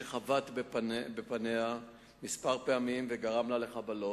שחבט בפניה כמה פעמים וגרם לה חבלות.